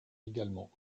également